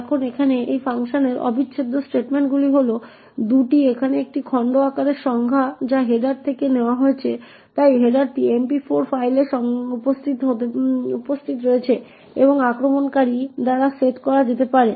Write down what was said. এখন এখানে এই ফাংশনের অবিচ্ছেদ্য স্টেটমেন্টগুলি হল এই 2টি এখানে এটি খণ্ড আকারের সংজ্ঞা যা হেডার থেকে নেওয়া হয়েছে তাই হেডারটি MP4 ফাইলে উপস্থিত রয়েছে এবং আক্রমণকারী দ্বারা সেট করা যেতে পারে